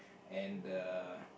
and the